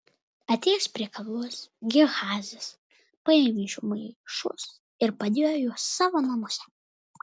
atėjęs prie kalvos gehazis paėmė iš jų maišus ir padėjo juos savo namuose